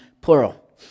plural